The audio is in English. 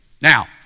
Now